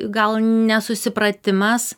gal nesusipratimas